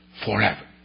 forever